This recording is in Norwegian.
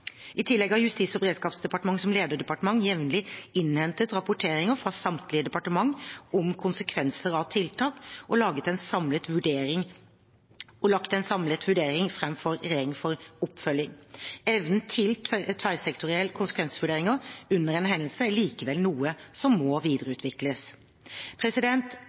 I tillegg har Justis- og beredskapsdepartementet som lederdepartement jevnlig innhentet rapporteringer fra samtlige departementer om konsekvenser av tiltak og lagt en samlet vurdering fram for regjeringen for oppfølging. Evnen til tverrsektorielle konsekvensvurderinger under en hendelse er likevel noe som må videreutvikles.